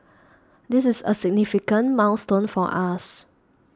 this is a significant milestone for us